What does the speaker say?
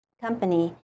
company